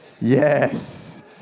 yes